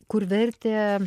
kur vertė